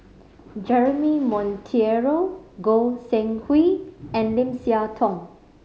Jeremy Monteiro Goi Seng Hui and Lim Siah Tong